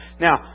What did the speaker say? Now